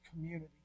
community